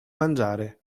mangiare